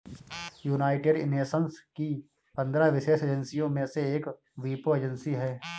United Nations की पंद्रह विशेष एजेंसियों में से एक वीपो एजेंसी है